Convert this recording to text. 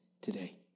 today